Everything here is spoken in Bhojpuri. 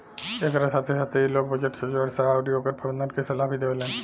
एकरा साथे साथे इ लोग बजट से जुड़ल सलाह अउरी ओकर प्रबंधन के सलाह भी देवेलेन